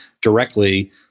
directly